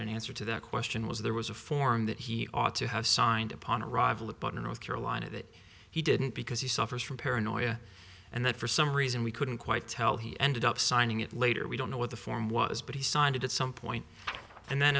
answer to that question was there was a form that he ought to have signed upon arrival at butner north carolina that he didn't because he suffers from paranoia and that for some reason we couldn't quite tell he ended up signing it later we don't know what the form was but he signed it at some point and then